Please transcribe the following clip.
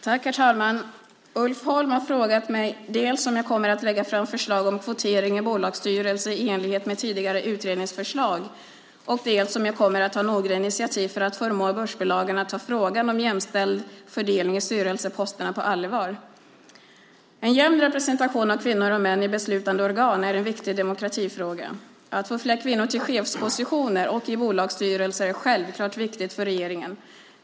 Herr talman! Ulf Holm har frågat mig dels om jag kommer att lägga fram förslag om kvotering i bolagsstyrelser i enlighet med tidigare utredningsförslag, dels om jag kommer att ta några initiativ för att förmå börsbolagen att ta frågan om jämställd fördelning av styrelseposterna på allvar. En jämn representation av kvinnor och män i beslutande organ är en viktig demokratifråga. Att få fler kvinnor till chefspositioner och i bolagsstyrelser är självklart viktigt för regeringen.